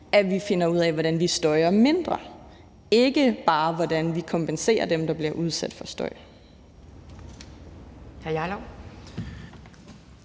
at vi finder ud af, hvordan vi støjer mindre, og ikke bare, hvordan vi kompenserer dem, der bliver udsat for støj.